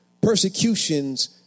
persecutions